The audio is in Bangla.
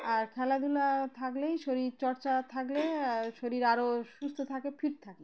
আর খেলাধুলা থাকলেই শরীর চর্চা থাকলে শরীর আরও সুস্থ থাকে ফিট থাকে